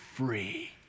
free